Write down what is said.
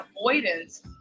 avoidance